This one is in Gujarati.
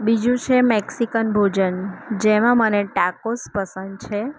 બીજું છે મેક્સીકન ભોજન જેમાં મને ટાકોસ પસંદ છે